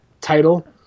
title